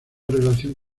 relación